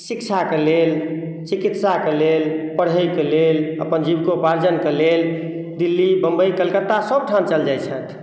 शिक्षाके लेल चिकित्साके लेल पढ़यके लेल अपन जीविकोपार्जनके लेल दिल्ली बंबई कलकत्ता सब ठाम चल जाइ छथि